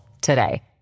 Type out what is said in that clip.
today